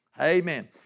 Amen